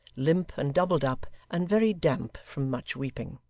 limp and doubled up, and very damp from much weeping.